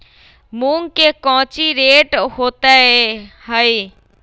मूंग के कौची रेट होते हई?